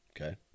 Okay